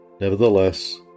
Nevertheless